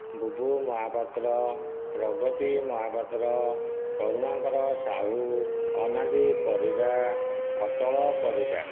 Bubu Mahapatra Pragati Mahapatra Karunakar Sahu Anadi Parida Atal Parida